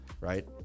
Right